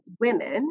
women